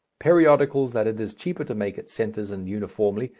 periodicals that it is cheaper to make at centres and uniformly,